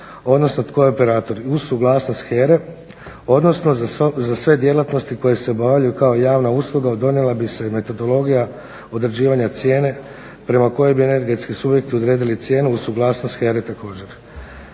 na nekom od sustava … uz suglasnost HERA-e, odnosno za sve djelatnosti koje se obavljaju kao javna usluga donijela bi se i metodologija određivanja cijene prema kojoj bi energetski subjekti odredili cijenu uz suglasnost HERA-e također.